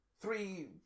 Three